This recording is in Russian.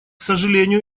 сожалению